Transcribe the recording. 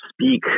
speak